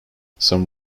some